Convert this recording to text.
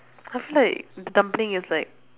I feel like the dumpling is like